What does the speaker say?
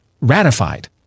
ratified